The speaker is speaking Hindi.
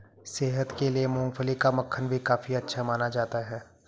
सेहत के लिए मूँगफली का मक्खन भी काफी अच्छा माना जाता है